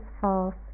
false